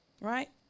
right